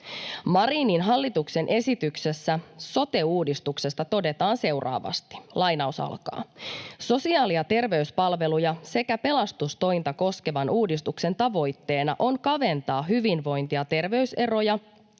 Marinin hallituksen esityksessä sote-uudistuksesta todetaan seuraavasti: ”Sosiaali- ja terveyspalveluja sekä pelastustointa koskevan uudistuksen tavoitteena on kaventaa hyvinvointi- ja terveyseroja,